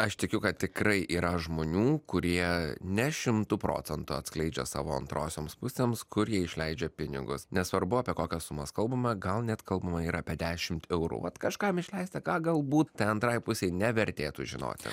aš tikiu kad tikrai yra žmonių kurie ne šimtu procentų atskleidžia savo antrosioms pusėms kur jie išleidžia pinigus nesvarbu apie kokias sumas kalbama gal net kalbama ir apie dešimt eurų vat kažkam išleista ką galbūt tai antrai pusei nevertėtų žinoti